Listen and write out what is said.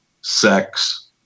sex